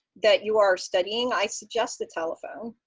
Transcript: that you are studying, i suggest the telephone.